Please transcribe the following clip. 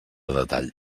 detall